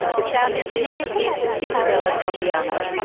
the sound engineer is isabella tropiano.